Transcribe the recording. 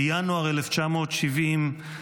בינואר 1970,